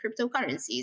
cryptocurrencies